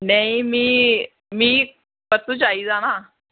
नेईं मिगी परसों चाहिदा ना